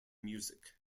music